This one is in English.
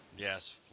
Yes